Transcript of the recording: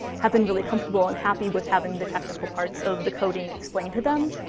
have been really comfortable and happy with having the technical parts of the coding explained to them.